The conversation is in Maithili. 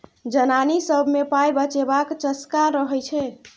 जनानी सब मे पाइ बचेबाक चस्का रहय छै